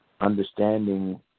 understanding